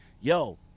Yo